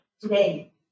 today